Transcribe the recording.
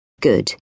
good